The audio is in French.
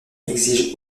exige